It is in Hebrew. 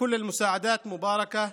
כל עזרה היא מבורכת,